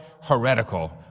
heretical